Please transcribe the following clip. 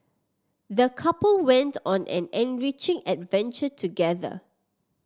the couple went on an enriching adventure together